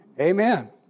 Amen